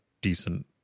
decent